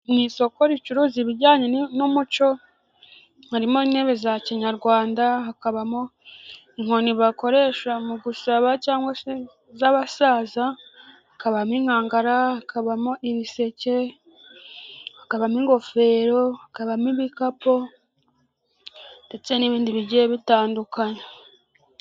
Mu isoko ricuruza ibijyanye n'umuco, harimo intebe za kinyarwanda, hakabamo inkoni bakoresha mu gusaba cyangwa se z'abasaza, hakabamo inkangara, hakabamo ibiseke, hakabamo ingofero, hakabamo ibikapu ndetse n'ibindi bigiye bitandukanye.